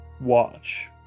Watch